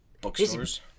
Bookstores